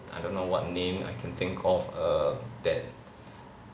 I don't know what name I can think of err that